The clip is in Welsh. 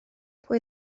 pwy